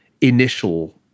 initial